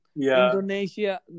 Indonesia